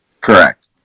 Correct